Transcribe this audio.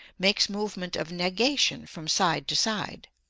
makes movement of negation from side to side.